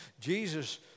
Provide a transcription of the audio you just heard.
Jesus